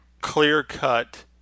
clear-cut